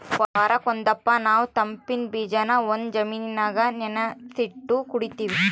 ವಾರುಕ್ ಒಂದಪ್ಪ ನಾವು ತಂಪಿನ್ ಬೀಜಾನ ಒಂದು ಜಾಮಿನಾಗ ನೆನಿಸಿಟ್ಟು ಕುಡೀತೀವಿ